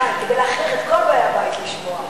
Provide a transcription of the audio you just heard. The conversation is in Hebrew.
כדי להכריח את כל באי הבית לשמוע.